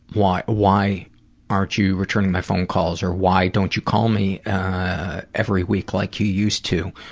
why why aren't you returning my phone calls? or why don't you call me every week like you used to?